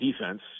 defense